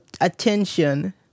attention